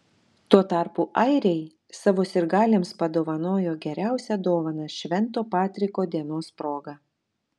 tuo tarpu airiai savo sirgaliams padovanojo geriausią dovaną švento patriko dienos proga